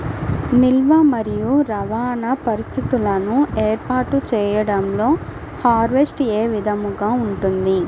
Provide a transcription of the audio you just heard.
నిల్వ మరియు రవాణా పరిస్థితులను ఏర్పాటు చేయడంలో హార్వెస్ట్ ఏ విధముగా ఉంటుంది?